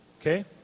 okay